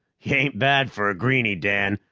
ya ain't bad for a greenie, dan.